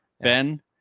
Ben